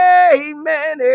amen